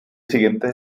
siguiente